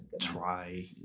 try